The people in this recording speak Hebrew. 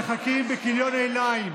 שמחכים בכיליון עיניים